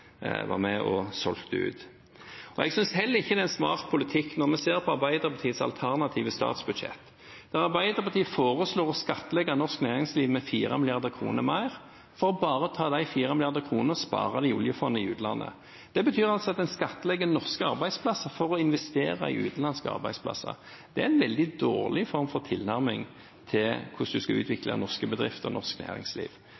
var med og solgte ut? Jeg synes heller ikke det er en smart politikk når vi ser på Arbeiderpartiets alternative statsbudsjett, der Arbeiderpartiet foreslår å skattlegge norsk næringsliv med 4 mrd. kr mer, bare for å ta de fire milliarder kronene og spare dem i oljefondet i utlandet. Det betyr altså at en skattlegger norske arbeidsplasser for å investere i utenlandske arbeidsplasser. Det er en veldig dårlig form for tilnærming til hvordan en skal